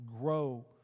Grow